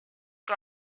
que